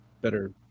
better